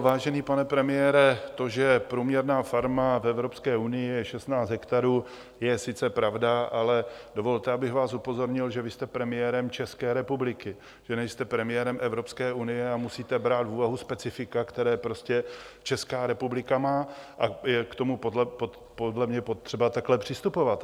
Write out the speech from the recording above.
Vážený pane premiére, to, že průměrná farma v Evropské unii je 16 hektarů, je sice pravda, ale dovolte, abych vás upozornil, že vy jste premiérem České republiky, že nejste premiérem Evropské unie a musíte brát v úvahu specifika, která Česká republika má, a je k tomu podle mě potřeba takhle přistupovat.